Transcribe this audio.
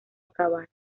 acabar